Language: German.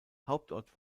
hauptort